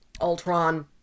Ultron